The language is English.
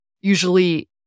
usually